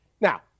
Now